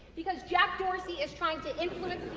because jack dorsey is trying to influence